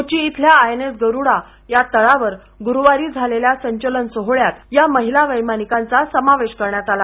कोची इथल्या I N S Garuda या तळावर गुरूवारी झालेल्या संचलन सोहोळ्यात या महिला वैमानिकांचा समावेश करण्यात आला